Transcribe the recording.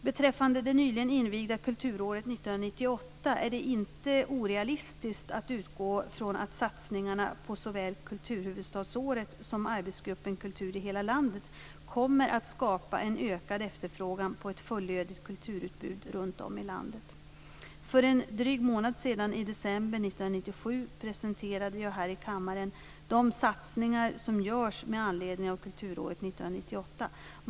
Beträffande det nyligen invigda Kulturåret 1998 är det inte orealistiskt att utgå från att satsningarna på såväl Kulturhuvudstadsåret som arbetsgruppen Kultur i hela landet kommer att skapa en ökad efterfrågan på ett fullödigt kulturutbud runt om i landet. För en dryg månad sedan, i december 1997, presenterade jag här i kammaren de satsningar som görs med anledning av Kulturåret 1998.